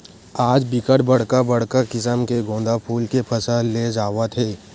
आज बिकट बड़का बड़का किसम के गोंदा फूल के फसल ले जावत हे